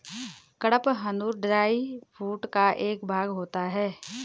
कड़पहनुत dry food का एक भाग होता है